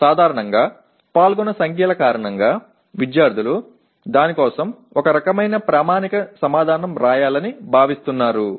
సాధారణంగా పాల్గొన్న సంఖ్యల కారణంగా విద్యార్థులు దాని కోసం ఒక రకమైన ప్రామాణిక సమాధానం రాయాలని భావిస్తున్నారు